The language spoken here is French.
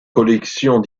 collections